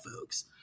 folks